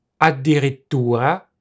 addirittura